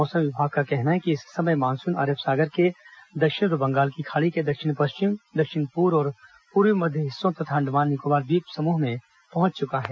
मौसम विभाग का कहना है कि इस समय मानसून अरब सागर के दक्षिण और बंगाल की खाड़ी के दक्षिण पश्चिम दक्षिण पूर्व और पूर्वी मध्य हिस्सों तथा अंडमान निकोबार ट्वीप समूह में पहुंच चुका है